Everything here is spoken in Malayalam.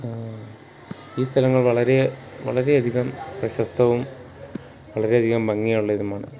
ഈ സ്ഥലങ്ങൾ വളരെ വളരെയധികം പ്രശസ്തവും വളരെയധികം ഭംഗിയുള്ളതുമാണ്